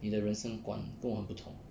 你的人生观跟我不同